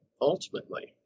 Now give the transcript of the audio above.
ultimately